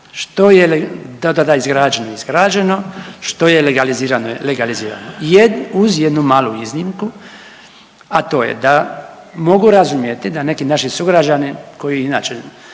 tada izgrađeno, izgrađeno, što je legalizirano je legalizirano uz jednu malu iznimku, a to je da mogu razumjeti da neki naši sugrađani koji inače